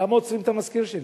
למה עוצרים את המזכיר שלי?